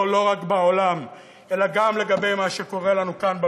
לא רק בעולם אלא גם לגבי מה שקורה לנו כאן,